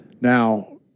Now